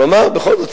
הוא אמר: בכל זאת,